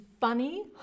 funny